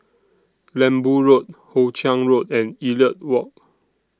Lembu Road Hoe Chiang Road and Elliot Walk